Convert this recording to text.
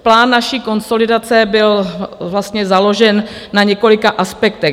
Plán naší konsolidace byl vlastně založen na několika aspektech.